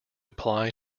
apply